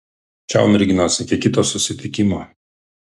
čiau merginos iki kito susitikimo